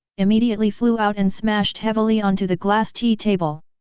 immediately flew out and smashed heavily onto the glass tea table.